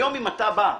היום אם אתה בא,